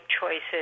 choices